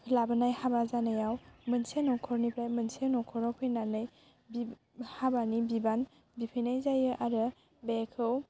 लाबोनाय हाबा जानायाव मोनसे न'खरनिफ्राय मोनसे न'खराव फैनानै हाबानि बिबान बिफैनाय जायो आरो बेखौ